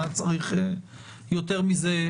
מה צריך יותר מזה?